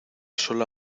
sola